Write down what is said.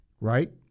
right